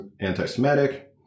anti-Semitic